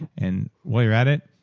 and while you're at it,